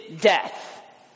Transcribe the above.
death